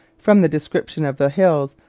from the description of the hills,